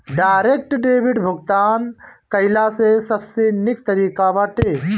direct debit भुगतान कइला से सबसे निक तरीका बाटे